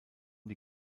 die